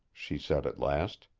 she said at last.